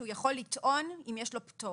שהוא יכול לטעון אם יש לו פטור.